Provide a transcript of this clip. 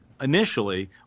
Initially